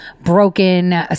broken